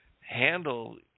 handle